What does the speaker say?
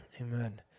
Amen